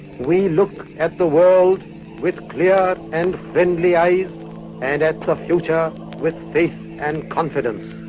we look at the world with clear and friendly eyes and at the future with faith and confidence.